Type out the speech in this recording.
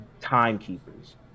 timekeepers